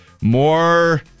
more